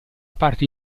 parte